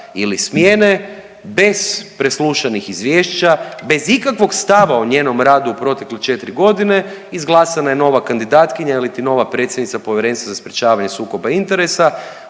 ili smjene, bez preslušanih izvješća, bez ikakvog stava o njenom radu u protekle 4 godine, izglasana je nova kandidatkinja iliti nova predsjednica Povjerenstva za sprječavanje sukoba interesa